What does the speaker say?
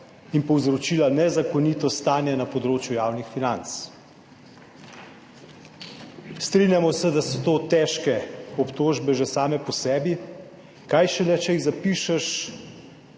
in povzročila nezakonito stanje na področju javnih financ. Strinjamo se, da so to težke obtožbe že same po sebi, kaj šele, če jih zapišeš